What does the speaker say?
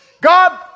God